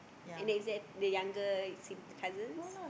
and then is that the younger sib~ cousins